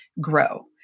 grow